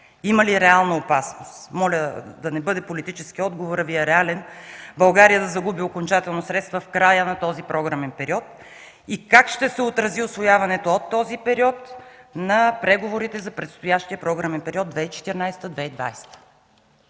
има ли реална опасност, моля отговорът Ви да не бъде политически, а реален, България да загуби окончателно средства в края на този програмен период? Как ще се отрази усвояването от този период на преговорите за предстоящия програмен период 2014 – 2020